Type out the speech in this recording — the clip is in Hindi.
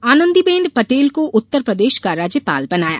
आनन्दीबेन पटेल को उत्तर प्रदेश का राज्यपाल बनाया